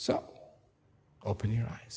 so open your eyes